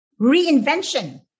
reinvention